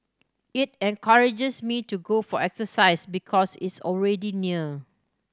it encourages me to go for exercise because it's already near